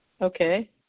Okay